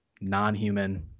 non-human